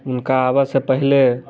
हुनका आवए सँ पहिले